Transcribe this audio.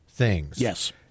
Yes